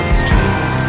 streets